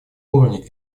уровне